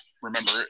Remember